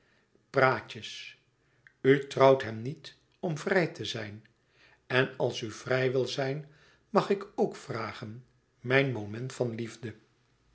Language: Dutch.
u trouwt hem niet om vrij te zijn en als u vrij wil zijn mag ik ook vragen mijn moment van liefde